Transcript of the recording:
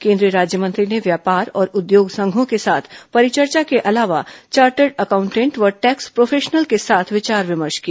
केन्द्रीय राज्यमंत्री ने व्यापार और उद्योग संघों के साथ परिचर्चा के अलावा चार्टर्ड अकाउंटेंट व टैक्स प्रोफेशनल के साथ विचार विमर्श किया